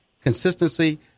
consistency